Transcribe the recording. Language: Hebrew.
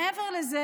מעבר לזה,